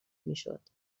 میشد